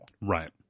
right